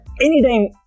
anytime